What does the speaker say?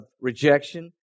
rejection